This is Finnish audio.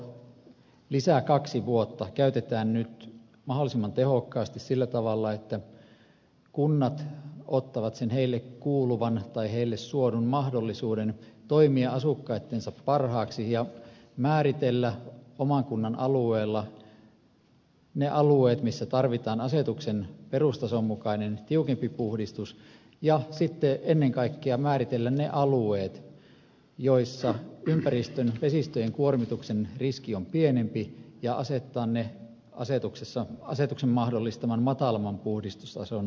toivottavasti tuo kahden vuoden lisäaika käytetään nyt mahdollisimman tehokkaasti sillä tavalla että kunnat ottavat sen heille kuuluvan tai heille suodun mahdollisuuden toimia asukkaittensa parhaaksi ja määritellä oman kunnan alueella ne alueet missä tarvitaan asetuksen perustason mukainen tiukempi puhdistus ja ennen kaikkea määritellä ne alueet joilla ympäristön vesistöjen kuormituksen riski on pienempi ja asettaa ne asetuksen mahdollistaman matalamman puhdistustason alueiksi